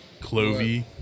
clovey